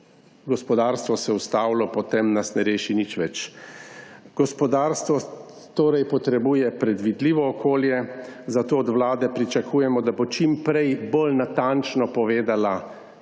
gospodarstvo ustavilo, potem nas ne reši nič več. Gospodarstvo torej potrebuje predvidljivo okolje, zato od vlade pričakujemo, da bo čim prej bolj natančno povedala kaj